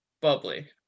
Bubbly